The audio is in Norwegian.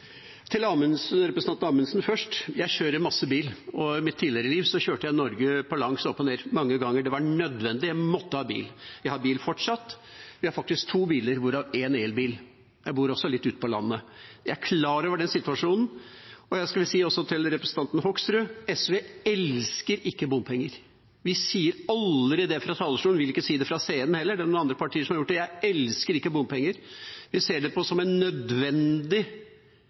representanten Amundsen: Jeg kjører en masse bil, og i mitt tidligere liv kjørte jeg Norge på langs opp og ned mange ganger. Det var nødvendig, jeg måtte ha bil. Jeg har bil fortsatt, vi har faktisk to biler, hvorav én elbil. Jeg bor også litt utpå landet. Jeg er klar over den situasjonen, og jeg skulle også si til representanten Hoksrud: SV elsker ikke bompenger, vi sier aldri det fra talerstolen. Vi vil ikke si det fra scenen heller; det er noen andre partier som har gjort det. Jeg elsker ikke bompenger, jeg ser på det som et nødvendig